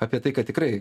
apie tai kad tikrai